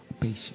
Patience